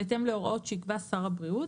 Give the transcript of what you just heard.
בהתאם להוראות שיקבע שר הבריאות.